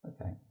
Okay